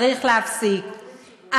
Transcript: צריך להפסיק.